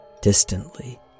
distantly